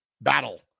battle